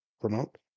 promote